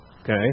Okay